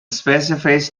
specific